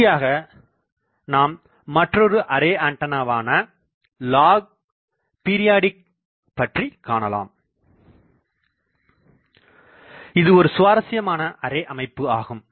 இறுதியாக நாம் மற்றொரு அரே ஆண்டனாவான லாக் பீரியாடிக் பற்றி காணலாம் இது ஒரு சுவாரசியமான அரே அமைப்பு ஆகும்